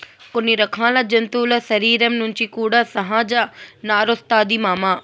కొన్ని రకాల జంతువుల శరీరం నుంచి కూడా సహజ నారొస్తాది మామ